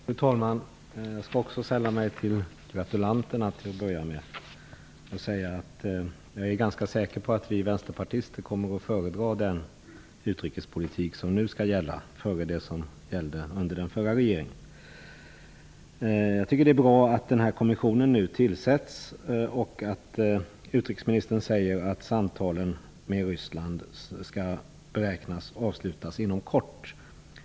Fru talman! Jag skall till att börja med också sälla mig till gratulanterna. Jag är ganska säker på att vi vänsterpartister kommer att föredra den utrikespolitik som nu skall gälla framför den politik som gällde under den förra regeringen. Jag tycker att det är bra att en kommission skall tillsättas. Utrikesministern säger att man beräknar att samtalen med Ryssland kommer att avslutas inom kort.